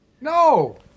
No